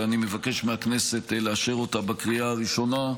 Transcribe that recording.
ואני מבקש מהכנסת לאשר אותה בקריאה הראשונה,